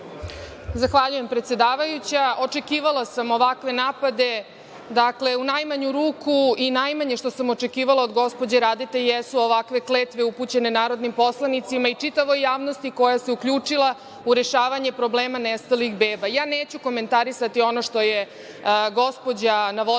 Zahvaljujem, predsedavajuća. Očekivala sam ovakve napade. U najmanju ruku i najmanje što sam očekivala od gospođe Radete jesu ovakve kletve upućene narodnim poslanicima i čitavoj javnosti koja se uključila u rešavanje problema nestalih beba. Neću komentarisati ono što je gospođa navodila